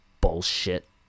bullshit